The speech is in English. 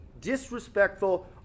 disrespectful